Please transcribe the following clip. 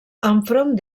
enfront